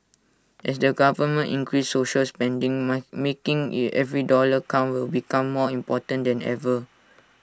as the government increases social spending might making the every dollar count will become more important than ever